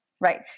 Right